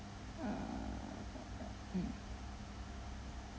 err mm